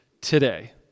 today